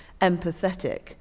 empathetic